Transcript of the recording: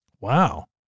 Wow